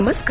नमस्कार